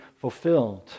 fulfilled